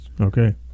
Okay